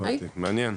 מעניין,